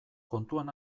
kontuan